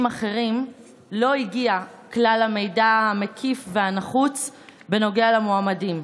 אחרים לא הגיע כלל המידע המקיף והנחוץ בנוגע למועמדים,